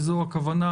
וזו הכוונה,